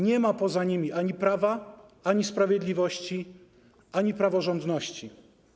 Nie ma poza nimi ani prawa, ani sprawiedliwości, ani praworządności.